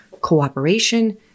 cooperation